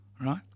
right